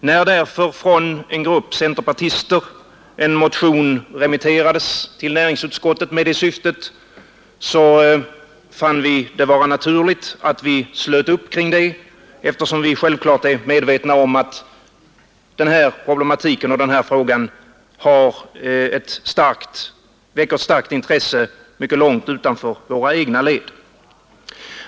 När därför från en grupp centerpartister en motion remitterades till näringsutskottet med det syftet fann vi det vara naturligt att sluta upp kring denna, eftersom vi självfallet är medvetna om att den här problematiken väcker starkt intresse mycket långt utanför våra egna led.